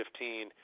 2015